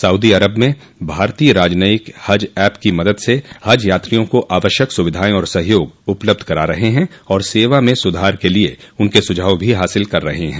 Saudi Arab में भारतीय राजनयिक हज ऐप की मदद से हज यात्रियों को आवश्यक सुविधाएं और सहयोग उपलब्ध करा रहे हैं और सेवा में सुधार के लिये उनके सुझाव भी हासिल कर रहे हैं